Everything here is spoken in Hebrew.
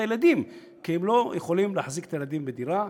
הילדים כי הם לא יכולים להחזיק את הילדים בדירה,